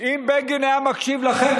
אם בגין היה מקשיב לכם,